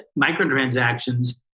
microtransactions